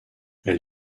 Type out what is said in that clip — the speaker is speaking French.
elle